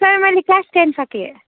sir मैले class ten सकेँ